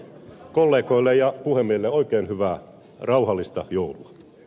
kollegoille ja puhemiehelle oikein hyvää rauhallista joulua